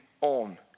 on